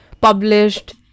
published